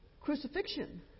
crucifixion